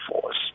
force